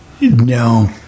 No